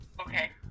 Okay